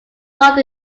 brought